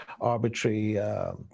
arbitrary